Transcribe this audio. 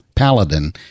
paladin